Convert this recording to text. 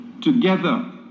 Together